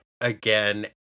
again